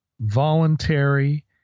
voluntary